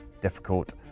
difficult